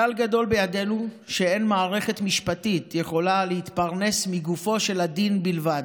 "כלל גדול בידינו שאין מערכת משפטית יכולה להתפרנס מגופו של הדין בלבד",